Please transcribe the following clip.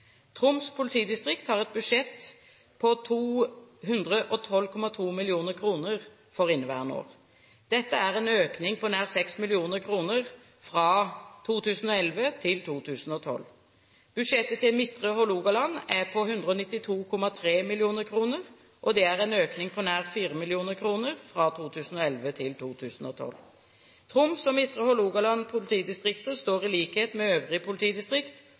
Troms politidistrikt har et budsjett på 212,2 mill. kr for inneværende år. Dette er en økning på nær 6 mill. kr fra 2011 til 2012. Budsjettet til Midtre Hålogaland er på 192,3 mill. kr, og det er en økning på nær 4 mill. kr fra 2011 til 2012. Troms og Midtre Hålogaland politidistrikter står i likhet med øvrige